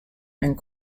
and